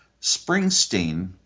Springsteen